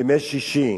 בימי שישי.